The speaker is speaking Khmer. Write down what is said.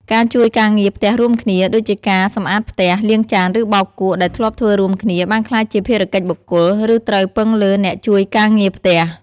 ការជួយការងារផ្ទះរួមគ្នា ដូចជាការសម្អាតផ្ទះ លាងចាន ឬបោកគក់ ដែលធ្លាប់ធ្វើរួមគ្នា បានក្លាយជាភារកិច្ចបុគ្គល ឬត្រូវពឹងលើអ្នកជួយការងារផ្ទះ។